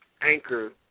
anchor